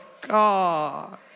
God